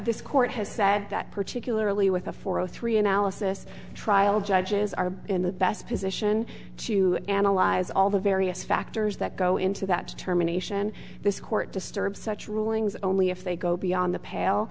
this court has said that particularly with a four o three analysis trial judges are in the best position to analyze all the various factors that go into that terminations this court disturbs such rulings only if they go beyond the pale